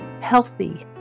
healthy